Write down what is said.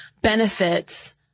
benefits